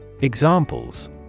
Examples